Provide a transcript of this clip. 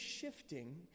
shifting